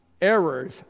errors